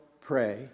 pray